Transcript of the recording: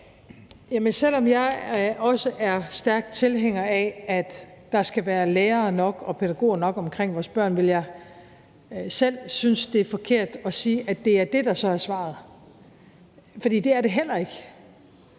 Selv om jeg også er stærk tilhænger af, at der skal være lærere nok og pædagoger nok omkring vores børn, vil jeg selv synes, det er forkert at sige, at det så er det, der er svaret, for det er det heller ikke.